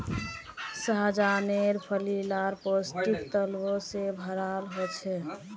सह्जानेर फली ला पौष्टिक तत्वों से भराल होचे